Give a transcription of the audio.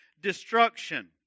destruction